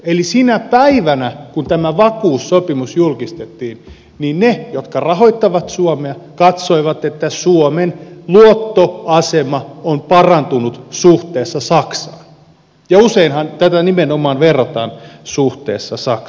eli sinä päivänä kun tämä vakuussopimus julkistettiin ne jotka rahoittavat suomea katsoivat että suomen luottoasema on parantunut suhteessa saksaan ja useinhan tätä nimenomaan verrataan suhteessa saksaan